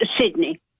Sydney